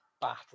battle